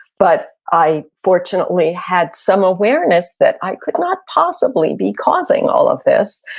but i fortunately had some awareness that i could not possibly be causing all of this,